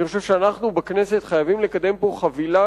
אני חושב שאנחנו בכנסת חייבים לקדם פה חבילה